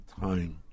time